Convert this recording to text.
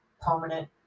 permanent